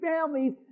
families